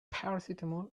paracetamol